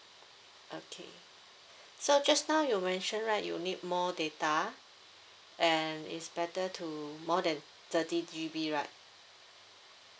okay so just now you mentioned right you need more data and it's better to more than thirty G_B right